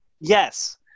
Yes